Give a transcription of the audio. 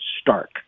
stark